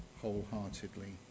wholeheartedly